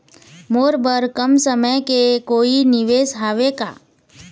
मोर बर कम समय के कोई निवेश हावे का?